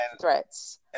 threats